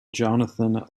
jonathan